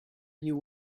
you